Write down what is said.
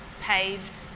paved